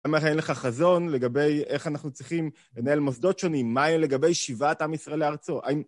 למה אין לך חזון לגבי איך אנחנו צריכים לנהל מוסדות שונים? מה לגבי שיבת עם ישראל לארצו?